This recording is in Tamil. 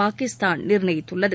பாகிஸ்தான் நிர்ணயித்துள்ளது